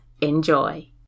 Enjoy